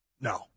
No